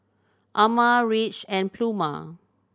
Ama Ridge and Pluma